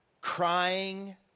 crying